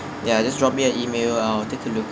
ya just drop me an email I will take a look